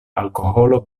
alkoholo